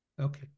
Okay